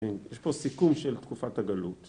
‫יש פה סיכום של תקופת הגלות.